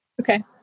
Okay